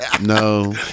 No